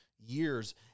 years